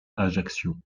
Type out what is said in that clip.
ajaccio